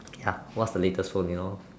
ya what's the latest phone you know